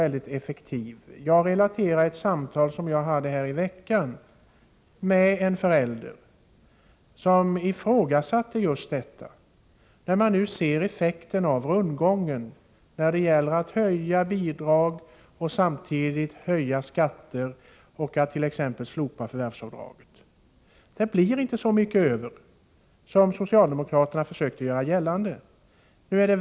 I mitt huvudanförande relaterade jag ett samtal jag haft tidigare i veckan med en förälder som ifrågasatte just detta. Man ser ju nu effekterna av den rundgång som det innebär att höja bidrag och samtidigt höja skatter och t.ex. slopa förvärvsavdraget. Det blir inte så mycket över som socialdemokraterna försöker göra gällande.